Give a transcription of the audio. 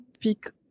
pick